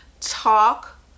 Talk